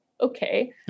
Okay